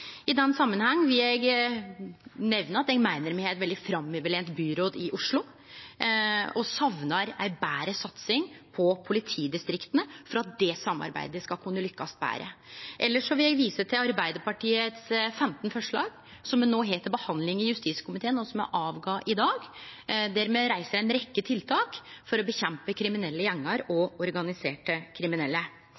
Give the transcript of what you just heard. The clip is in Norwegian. I den samanhengen vil eg nemne at eg meiner me har eit veldig framoverlent byråd i Oslo, og eg saknar ei betre satsing på politidistrikta slik at det samarbeidet skal kunne lukkast betre. Elles vil eg vise til Arbeidarpartiets 15 forslag, som me no nå har til behandling i justiskomiteen, og som me la fram i dag, der me har ei rekkje tiltak for å kjempe mot kriminelle gjengar og